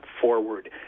forward